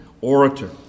orator